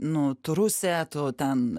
nu tu rusė tu ten